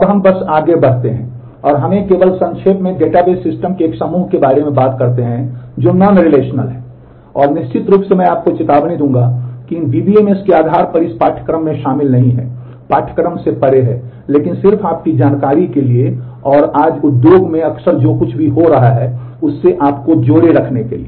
अब हम बस आगे बढ़ते हैं और हमें केवल संक्षेप में डेटाबेस सिस्टम के एक समूह के बारे में बात करते हैं जो नॉन रिलेशनल हैं और निश्चित रूप से मैं आपको चेतावनी दूंगा कि इन DBMS के लिए आधार इस पाठ्यक्रम में शामिल नहीं हैं पाठ्यक्रम से परे है लेकिन सिर्फ आपकी जानकारी के लिए और आज उद्योग में अक्सर जो कुछ भी हो रहा है उससे आपको जोड़े रखने के लिए